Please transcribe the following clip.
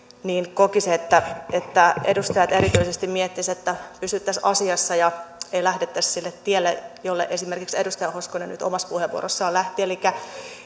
kokisi että että edustajat erityisesti miettisivät että pysyttäisiin asiassa eikä lähdettäisi sille tielle jolle esimerkiksi edustaja hoskonen nyt omassa puheenvuorossaan lähti elikkä